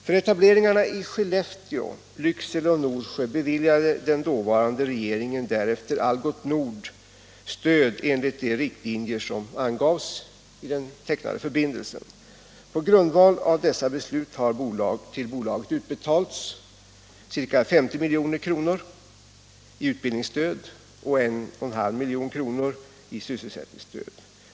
För etableringarna i Skellefteå, Lycksele och Norsjö beviljade den dåvarande regeringen därefter Algots Nord stöd enligt de riktlinjer som angavs i den tecknade förbindelsen. På grundval av dessa beslut har till bolaget utbetalats ca 50 milj.kr. i utbildningsstöd och 1,5 milj.kr. i sysselsättningsstöd.